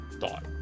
thought